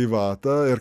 į vatą ir